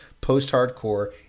post-hardcore